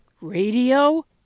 Radio